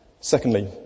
Secondly